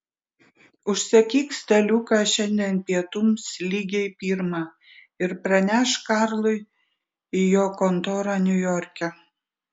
užsakyk staliuką šiandien pietums lygiai pirmą ir pranešk karlui į jo kontorą niujorke